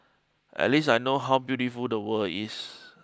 at least I know how beautiful the world is